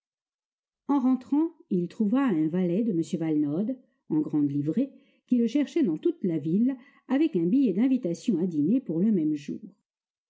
en rentrant il trouva un valet de m valenod en grande livrée qui le cherchait dans toute la ville avec un billet d'invitation à dîner pour le même jour